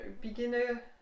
beginner